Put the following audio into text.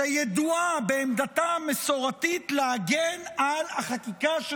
שידועה בעמדתה המסורתית להגן על החקיקה של